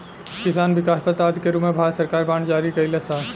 किसान विकास पत्र आदि के रूप में भारत सरकार बांड जारी कईलस ह